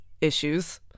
issues